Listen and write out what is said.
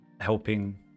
helping